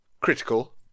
critical